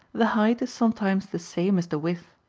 the height is sometimes the same as the width,